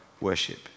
worship